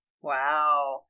Wow